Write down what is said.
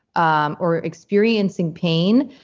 um or experiencing pain?